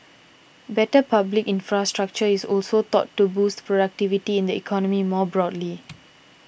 better public infrastructure is also thought to boost productivity in the economy more broadly